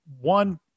One